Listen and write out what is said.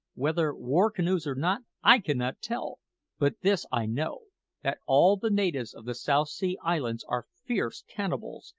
whether war-canoes or not, i cannot tell but this i know that all the natives of the south sea islands are fierce cannibals,